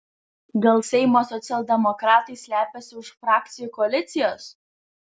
gal seimo socialdemokratai slepiasi už frakcijų koalicijos